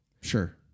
Sure